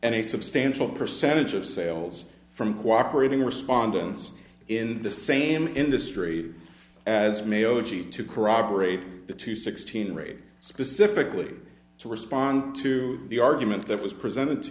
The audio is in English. a substantial percentage of sales from cooperating respondents in the same industry as mayo g to corroborate the two sixteen raid specifically to respond to the argument that was presented to